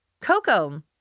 Coco